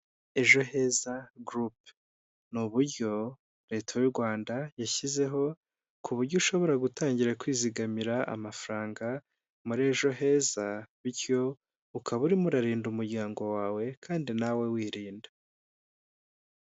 Ejo Heza gurupe, ni uburyo leta y'u Rwanda yashyizeho, ku buryo ushobora gutangira kwizigamira amafaranga muri Ejo Heza, bityo ukaba urimo urarinda umuryango wawe, kandi nawe wirinda.